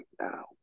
now